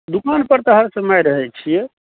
दोकानपर तऽ हर समय रहैत छियै